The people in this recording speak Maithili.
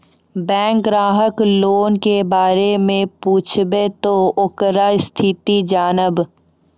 बैंक ग्राहक लोन के बारे मैं पुछेब ते ओकर स्थिति जॉनब?